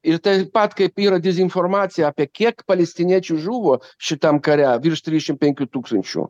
ir taip pat kaip yra dezinformacija apie kiek palestiniečių žuvo šitam kare virš trisdešimt penkių tūkstančių